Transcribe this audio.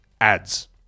ads